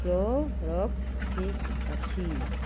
flow rock ଠିକ୍ ଅଛି